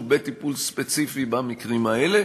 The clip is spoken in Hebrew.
בטיפול ספציפי במקרים האלה,